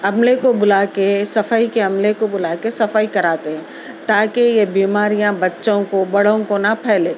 عملے کو بلا کے صفائی کے عملے کو بلا کے صفائی کراتے ہیں تاکہ یہ بیماریاں بچوں کو بڑوں کو نہ پھیلے